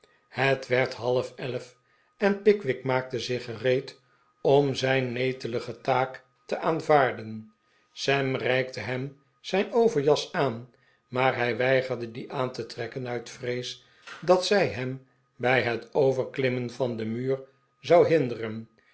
het werd halfelf en pickwick maakte zich gereed om zijn netelige taak te aanvaarden sam reikte hem zijn overjas aan maar hij weigerde die aan te trekken uit vrees dat zij hem bij het overklimmen van den muur zou hinderen